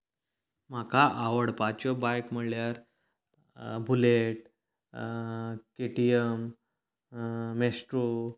म्हाका आवडपाच्यो बायक म्हळ्यार Bullet K T M maestro